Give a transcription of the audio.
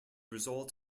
result